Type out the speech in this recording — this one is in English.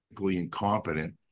incompetent